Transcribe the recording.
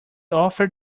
offered